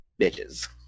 bitches